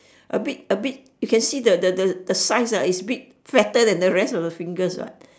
a bit a bit you can see the the the size is big is fatter than the rest of the fingers what